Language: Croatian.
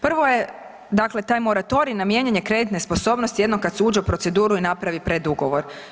Prvo je dakle taj moratorij na mijenjanje kreditne sposobnosti jednom kad se uđe u proceduru i napravi predugovor.